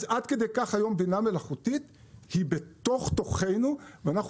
אז עד כדי כך היום בינה מלאכותית היא בתוך תוכנו ואנחנו